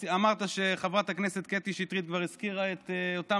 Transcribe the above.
ואמרת שחברת הכנסת קטי שטרית כבר הזכירה את אותן